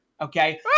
Okay